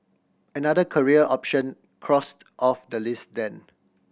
another career option crossed off the list then